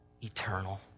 Eternal